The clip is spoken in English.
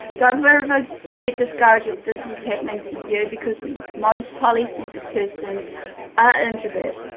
don't forever get discouraged if this is happening to you because most highly sensitive persons are introverts.